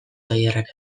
tailerrak